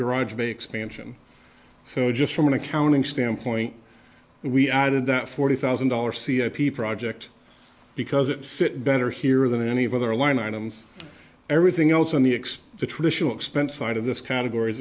garage bay expansion so just from an accounting standpoint we added that forty thousand dollars c a p project because it fit better here than any of our line items everything else on the x the traditional expense side of this categor